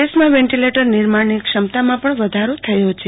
દેશમાં વેન્ટીલેટર નિર્માણની ક્ષમતામાં પણ વધારો થયો છે